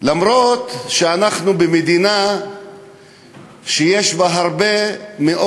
אף שאנחנו במדינה שיש בה הרבה מאוד